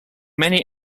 many